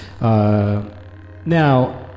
Now